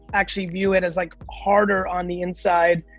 actually view it as like harder on the inside,